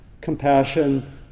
compassion